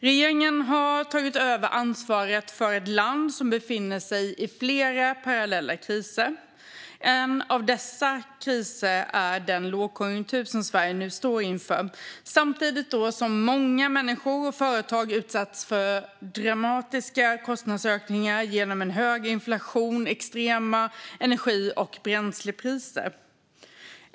Regeringen har tagit över ansvaret för ett land som befinner sig i flera parallella kriser. En av dessa kriser är den lågkonjunktur som Sverige står inför samtidigt som många människor och företag utsätts för dramatiska kostnadsökningar genom hög inflation och extrema energi och bränslepriser.